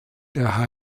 der